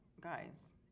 guys